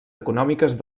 econòmiques